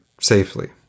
safely